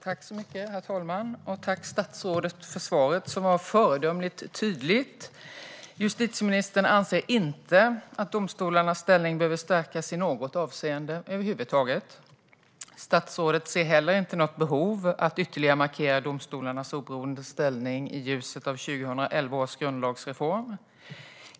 Herr talman! Tack, statsrådet, för svaret som var föredömligt tydligt! Justitieministern anser inte att domstolarnas ställning över huvud taget behöver stärkas i något avseende. Statsrådet ser heller inget behov att ytterligare markera domstolarnas oberoende ställning i ljuset av 2011 år grundlagsreform.